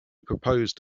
proposed